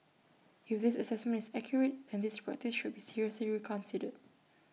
if this Assessment is accurate then this practice should be seriously reconsidered